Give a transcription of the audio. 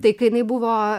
tai kai jinai buvo